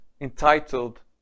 entitled